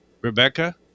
Rebecca